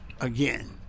again